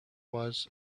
was